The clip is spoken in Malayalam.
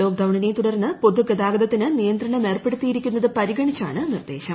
ലോക്ക്ഡ്ട്ട്ണിനെ തുടർന്ന് പൊതു ഗതാഗതത്തിന് നിയന്ത്രണം ഏർപ്പെടുത്തീയ്ക്കുന്നത് പരിഗണിച്ചാണ് നിർദ്ദേശം